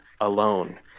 alone